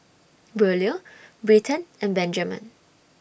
Braulio Britton and Benjamen